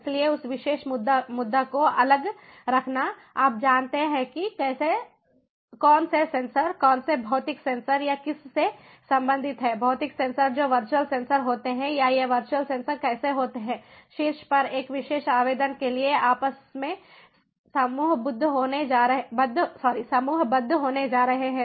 इसलिए उस विशेष मुद्दा को अलग रखना आप जानते हैं कि कौन से सेंसर कौन से भौतिक सेंसर या किस से संबंधित हैं भौतिक सेंसर जो वर्चुअल सेंसर होते हैं या ये वर्चुअल सेंसर कैसे होते हैं शीर्ष पर एक विशेष आवेदन के लिए आपस में समूहबद्ध होने जा रहा है